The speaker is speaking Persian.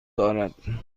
دارد